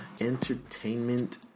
entertainment